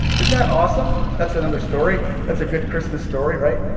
isn't that awesome? that's another story. that's a good christmas story, right?